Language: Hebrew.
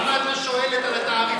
למה את לא שואלת על התעריפים,